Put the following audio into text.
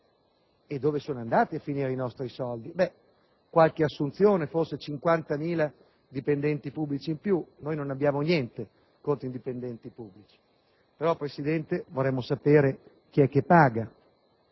Ma dove sono andati a finire i nostri soldi? In qualche assunzione, forse 50.000 dipendenti pubblici in più. Noi non abbiamo niente contro i dipendenti pubblici; tuttavia, Presidente, vorremmo sapere chi è che paga